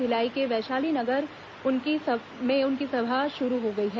भिलाई के वैशाली नगर उनकी सभा शुरू हो गई है